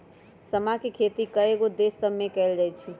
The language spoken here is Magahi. समा के खेती कयगो देश सभमें कएल जाइ छइ